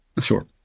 sure